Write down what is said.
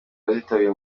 bazitabira